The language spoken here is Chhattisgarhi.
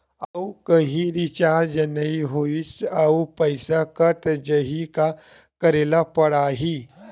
आऊ कहीं रिचार्ज नई होइस आऊ पईसा कत जहीं का करेला पढाही?